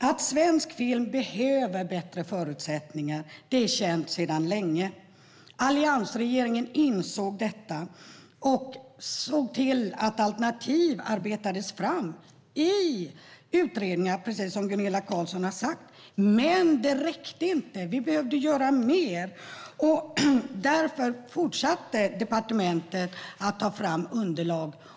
Att svensk film behöver bättre förutsättningar är känt sedan länge. Alliansregeringen insåg detta och såg till att alternativ arbetades fram i utredningar, precis som Gunilla Carlsson har sagt. Men det räckte inte. Vi behövde göra mer. Därför fortsatte departementet arbetet med att ta fram underlag.